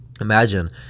Imagine